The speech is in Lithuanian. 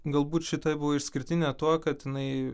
galbūt šita buvo išskirtinė tuo kad jinai